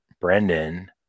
Brendan